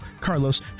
Carlos